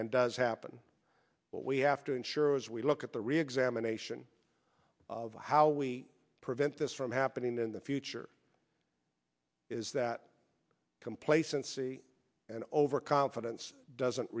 and does happen but we have to ensure as we look at the reexamination of how we prevent this from happening in the future is that complacency and overconfidence doesn't